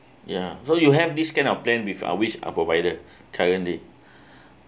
ya so you have this kind of plan with which uh provided currently